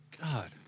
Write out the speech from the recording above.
God